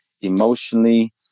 emotionally